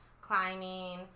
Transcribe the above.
climbing